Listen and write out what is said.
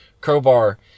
Crowbar